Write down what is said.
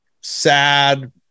sad